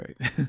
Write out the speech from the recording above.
right